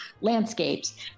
landscapes